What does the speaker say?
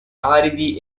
aridi